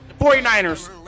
49ers